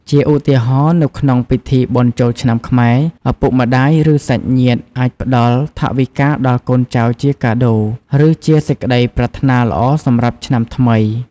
ជាឧទាហរណ៍ នៅក្នុងពិធី បុណ្យចូលឆ្នាំខ្មែរ ឪពុកម្ដាយ ឬសាច់ញាតិអាចផ្ដល់ ថវិកាដល់កូនចៅជាកាដូ ឬជាសេចក្ដីប្រាថ្នាល្អសម្រាប់ឆ្នាំថ្មី។